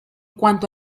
cuanto